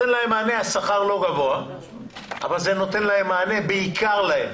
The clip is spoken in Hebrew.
השכר לא גבוה אבל זה נותן להם מענה, בעיקר להם.